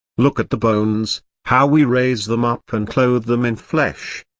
look at the bones how we raise them up and clothe them in flesh.